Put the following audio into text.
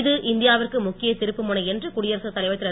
இது இந்தியாவிற்கு முக்கிய திருப்புமுனை என்று குடியரசுத் தலைவர் திரு